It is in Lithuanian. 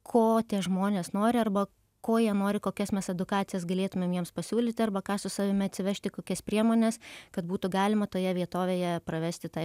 ko tie žmonės nori arba ko jie nori kokias mes edukacijas galėtumėm jiems pasiūlyt arba ką su savimi atsivežti kokias priemones kad būtų galima toje vietovėje pravesti ta